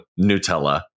Nutella